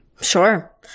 Sure